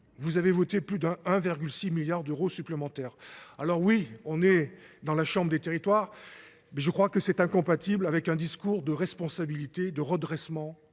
Vous avez voté plus d'un 1,6 milliard d'euros supplémentaires. Alors oui, on est dans la chambre des territoires, mais je crois que c'est incompatible avec un discours de responsabilité, de redressement